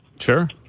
Sure